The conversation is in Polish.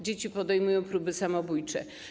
Dzieci podejmują próby samobójcze.